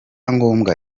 ngombwa